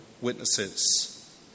witnesses